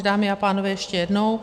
Dámy a pánové, ještě jednou.